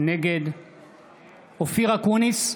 נגד אופיר אקוניס,